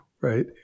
right